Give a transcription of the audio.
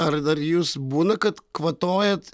ar dar jūs būna kad kvatojat